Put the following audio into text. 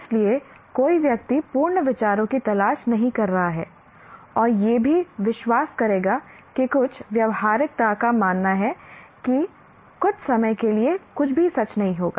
इसलिए कोई व्यक्ति पूर्ण विचारों की तलाश नहीं कर रहा है और यह भी विश्वास करेगा कि कुछ व्यावहारिकता का मानना है कि कुछ समय के लिए कुछ भी सच नहीं होगा